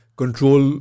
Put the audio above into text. control